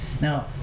Now